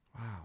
Wow